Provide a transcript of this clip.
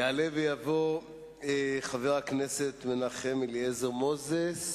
יעלה ויבוא חבר הכנסת מנחם אליעזר מוזס,